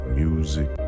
music